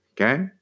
okay